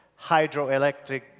hydroelectric